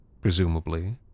presumably